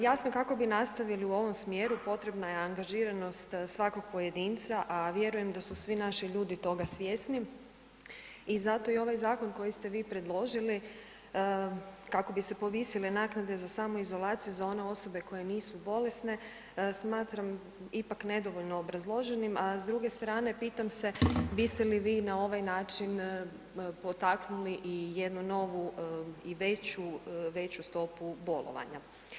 Jasno kako bi nastavili u ovom smjeru potrebna je angažiranost svakog pojedinca, a vjerujem da su svi naši ljudi toga svjesni i zato i ovaj zakon koji ste vi predložili kako bi se povisile naknade za samoizolaciju za one osobe koje nisu bolesne smatram ipak nedovoljno obrazloženim, a s druge strane pitam se biste li vi na ovaj način potaknuli i jednu novu i veću, veću stopu bolovanja.